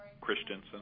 Christensen